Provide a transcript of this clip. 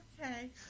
Okay